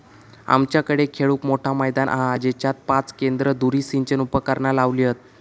आमच्याकडे खेळूक मोठा मैदान हा जेच्यात पाच केंद्र धुरी सिंचन उपकरणा लावली हत